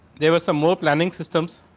there were some more planning systems.